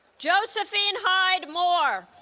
josephine hyde moore